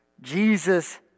Jesus